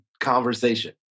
conversation